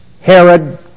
Herod